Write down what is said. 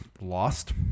Lost